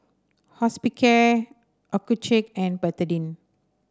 Hospicare Accucheck and Betadine